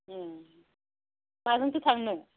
माजोंथो थांनो